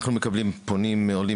אנחנו מקבלים פונים עולים